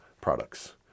products